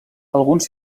alguns